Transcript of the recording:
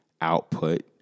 output